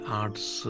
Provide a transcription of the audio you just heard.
arts